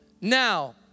now